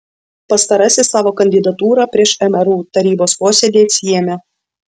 pastarasis savo kandidatūrą prieš mru tarybos posėdį atsiėmė